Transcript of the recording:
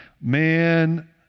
man